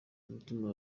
umutima